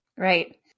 Right